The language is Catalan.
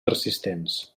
persistents